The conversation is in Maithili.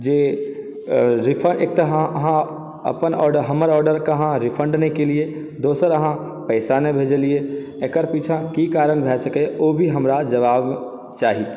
जे रिफण्ड एक तऽ अहाँ हँ हँ अपन आर्डरक हमर आर्डरकऽ अहाँ रिफण्ड नहि केलियै दोसर अहाँ पैसा नहि भेजलियै एकर पीछाँ की कारण भए सकयए ओ भी हमरा जबाब चाही